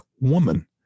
woman